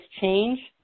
change